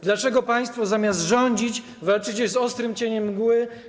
Dlaczego państwo, zamiast rządzić, walczycie z ostrym cieniem mgły?